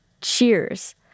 Cheers